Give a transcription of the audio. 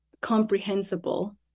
comprehensible